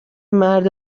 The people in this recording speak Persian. مرد